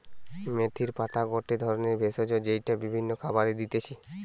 মেথির পাতা গটে ধরণের ভেষজ যেইটা বিভিন্ন খাবারে দিতেছি